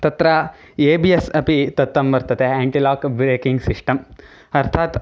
तत्र A B S अपि तत्र वर्तते एण्टि लाक् ब्रेकिङ्ग् सिस्टं अर्थात्